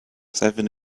seven